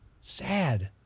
Sad